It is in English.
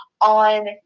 on